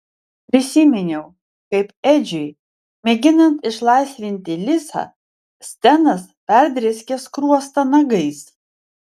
prisiminiau kaip edžiui mėginant išlaisvinti lisą stenas perdrėskė skruostą nagais